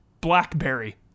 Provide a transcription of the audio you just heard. BlackBerry